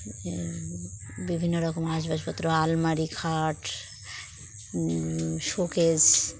বিভিন্ন রকম আসবাবপত্র আলমারি খাট শোকেশ